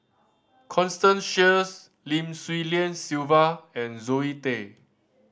Constance Sheares Lim Swee Lian Sylvia and Zoe Tay